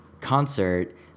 concert